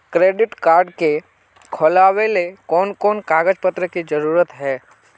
Credit card के खुलावेले कोन कोन कागज पत्र की जरूरत है?